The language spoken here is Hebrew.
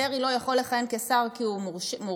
דרעי לא יכול לכהן כשר כי הוא מורשע,